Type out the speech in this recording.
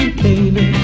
baby